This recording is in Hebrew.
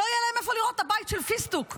להם איפה לראות "הבית של פיסטוק".